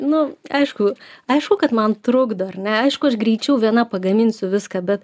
nu aišku aišku kad man trukdo ar ne aišku aš greičiau viena pagaminsiu viską bet